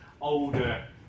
older